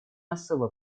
особо